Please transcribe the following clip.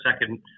second